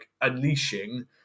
unleashing